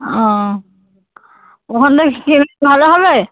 ও ওখান থেকে কিনলে ভালো হবে